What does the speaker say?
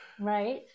Right